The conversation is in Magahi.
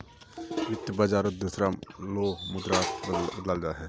वित्त बाजारत दुसरा लो मुद्राक बदलाल जा छेक